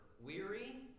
weary